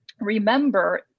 remember